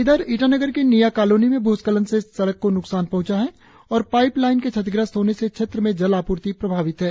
इधर ईटानगर के निया कालोनी में भूस्खलन से सड़क को नुकसान पहंचा है और पाइप लाईन के क्षतिग्रस्त होने से क्षेत्र में जल आपूर्ति प्रभावित है